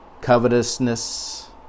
covetousness